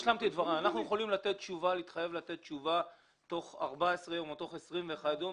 אנחנו יכולים להתחייב לתת תשובה תוך 14 יום או תוך 21 יום